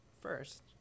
first